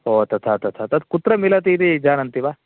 ओ तथा तथा तत् कुत्र मिलति इति जानन्ति वा